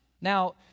Now